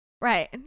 Right